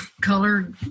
color